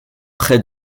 près